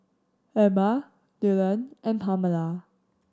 Ebba Dyllan and Pamala